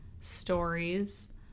stories